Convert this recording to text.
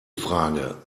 frage